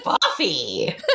Buffy